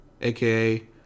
aka